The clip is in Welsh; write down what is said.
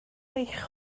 eich